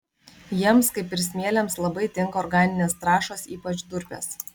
jiems kaip ir smėliams labai tinka organinės trąšos ypač durpės